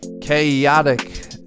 chaotic